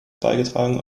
beigetragen